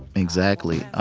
exactly.